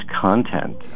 content